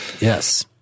Yes